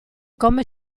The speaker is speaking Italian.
come